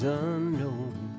unknown